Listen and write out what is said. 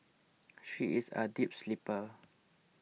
she is a deep sleeper